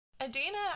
Adina